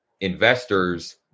investors